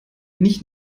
nicht